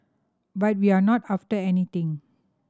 but we're not after anything